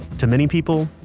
to many people,